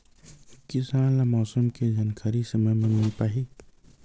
किसान ल मौसम के जानकारी ह समय म मिल पाही?